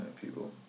people